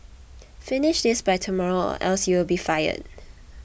finish this by tomorrow or else you'll be fired